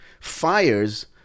Fires